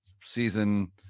season